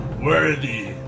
worthy